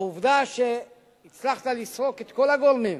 העובדה שהצלחת לסרוק את כל הגורמים,